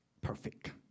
perfect